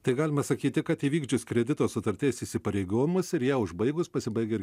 tai galima sakyti kad įvykdžius kredito sutarties įsipareigojimus ir ją užbaigus pasibaigia ir